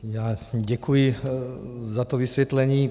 Já děkuji za to vysvětlení.